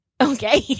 Okay